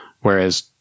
whereas